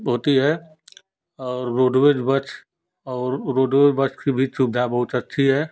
होता है और रोडवेज बछ और रोडवेज बछ की भी सुविधा बहुत अच्छी है